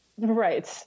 Right